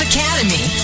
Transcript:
Academy